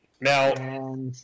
Now